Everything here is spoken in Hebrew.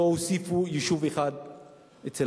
לא הוסיפו יישוב אחד לדרוזים.